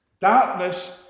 darkness